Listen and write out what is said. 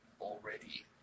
already